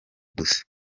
gusa